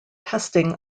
testing